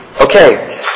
Okay